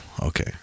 Okay